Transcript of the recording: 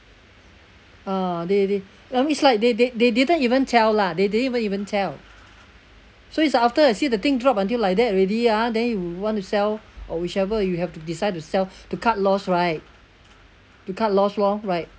ah they they which like they they they didn't even tell lah they didn't even tell so it's after you see the thing drop until like that already ah then you want to sell or whichever you have to decide to sell to cut loss right to cut loss lor right